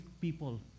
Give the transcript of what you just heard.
people